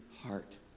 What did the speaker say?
heart